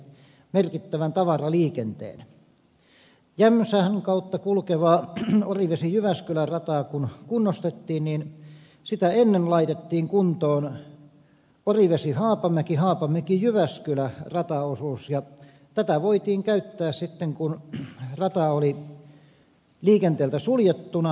kun jämsän kautta kulkeva orivesijyväskylä rata kunnostettiin niin sitä ennen laitettiin kuntoon orivesihaapamäki haapamäkijyväskylä rataosuus ja tätä voitiin käyttää sitten kun rata oli liikenteeltä suljettuna kunnostustöitten aikana